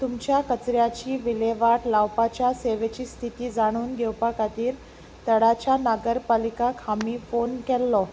तुमच्या कचऱ्याची विलेवाट लावपाच्या सेवेची स्थिती जाणून घेवपा खातीर तडाच्या नगारपालिकाक आमी फोन केल्लो